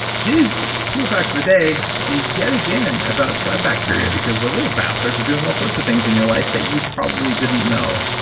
today's cool fact of the day is yet again about gut bacteria because those little bastards are doing all sorts of things in your life that you probably didn't know.